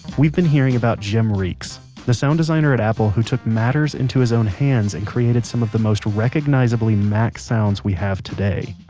we've been hearing about jim reekes, the sound designer at apple who took matters into his own hands and created some of the most recognizably mac sounds we have today.